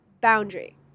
boundary